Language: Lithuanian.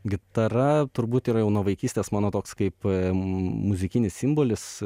gitara turbūt yra jau nuo vaikystės mano toks kaip muzikinis simbolis